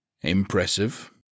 Impressive